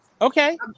Okay